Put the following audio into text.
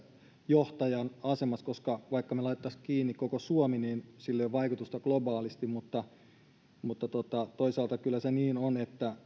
johtajan asemassa koska vaikka me laittaisimme kiinni koko suomen niin sillä ei ole vaikutusta globaalisti mutta mutta toisaalta kyllä se niin on että on